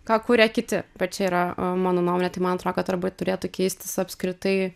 ką kuria kiti bet čia yra mano nuomonė tai man atro kad arba turėtų keistis apskritai